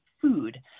food